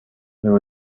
there